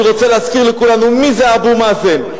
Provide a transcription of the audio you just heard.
אני רוצה להזכיר לכולנו מי זה אבו מאזן.